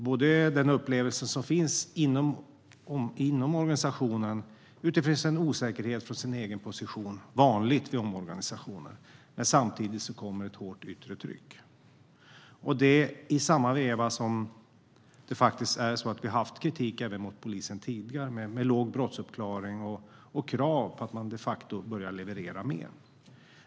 Inom den inre organisationen upplevs en osäkerhet på den egna positionen, vilket är vanligt vid omorganisationer. Samtidigt pågår ett hårt yttre tryck. Dessutom finns det sedan tidigare kritik mot polisen om låg brottsuppklaring, och det ställs krav på att polisen ska börja leverera mer.